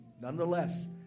Nonetheless